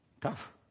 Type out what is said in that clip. Tough